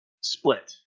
split